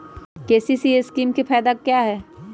KCC scheme का फायदा क्या है?